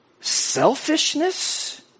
Selfishness